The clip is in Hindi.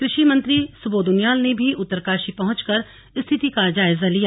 कृषि मंत्री सुबोध उनियाल ने भी उत्तरकाशी पहुंचकर स्थिति का जायजा लिया